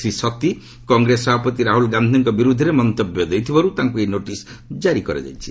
ଶ୍ରୀ ସଭି କଂଗ୍ରେସ ସଭାପତି ରାହୁଲ୍ ଗାନ୍ଧିଙ୍କ ବିରୁଦ୍ଧରେ ମନ୍ତବ୍ୟ ଦେଇଥିବାରୁ ତାଙ୍କୁ ଏହି ନୋଟିସ୍ ଜାରି କରାଯାଇଛି